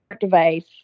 device